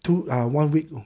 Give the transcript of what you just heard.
two ah one week ago